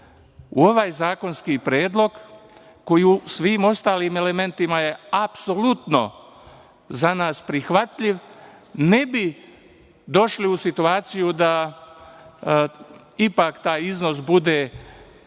ovaj zakonski predlog, koji je u svim ostalim elementima apsolutno za nas prihvatljiv, ne bi došli u situaciju da ipak taj iznos bude manji